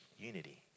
unity